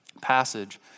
passage